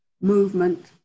movement